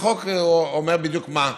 והחוק אומר בדיוק מה.